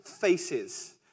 faces